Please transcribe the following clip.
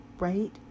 right